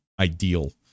ideal